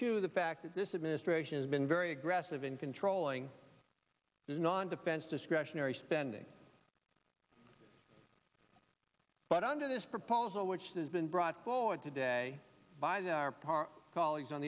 to the fact that this administration has been very aggressive in controlling this non defense discretionary spending but under this proposal which has been brought forward today by their par colleagues on